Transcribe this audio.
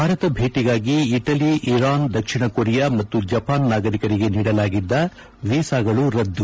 ಭಾರತ ಭೇಟಿಗಾಗಿ Italy Iran ದಕ್ಷಿಣ Korea ಮತ್ತು ಜಪಾನ್ ನಾಗರಿಕರಿಗೆ ನೀಡಲಾಗಿದ್ದ ವೀಸಾಗಳು ರದ್ದು